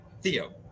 Theo